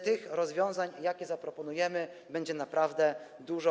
Tych rozwiązań, jakie zaproponujemy, będzie naprawdę dużo.